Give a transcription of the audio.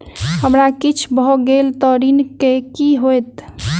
हमरा किछ भऽ गेल तऽ ऋण केँ की होइत?